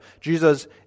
Jesus